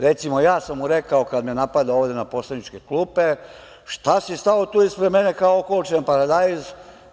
Recimo, ja sam mu rekao kad me napadao ovde iz poslaničke klupe – šta si stao tu ispred mene kao ukočen paradajz.